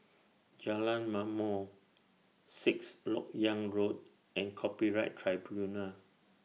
Jalan Ma'mor Sixth Lok Yang Road and Copyright Tribunal